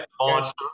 Monster